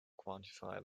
quantify